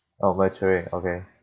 of maturing okay